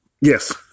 Yes